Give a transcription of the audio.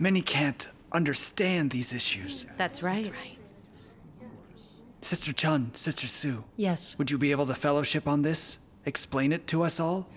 many can't understand these issues that's right sister sister sue yes would you be able to fellowship on this explain it to us all